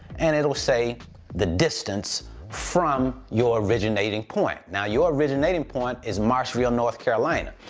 and it'll say the distance from your originating point. now, your originating point is marshville, north carolina.